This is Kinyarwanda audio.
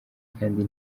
kandi